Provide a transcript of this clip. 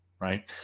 Right